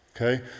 okay